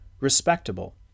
respectable